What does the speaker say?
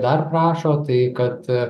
dar prašo tai kad